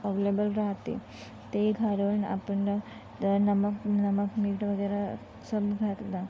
available राहते ते घालून आपण नम नमक नमक मीठ वगैरे सब घातलं